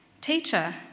teacher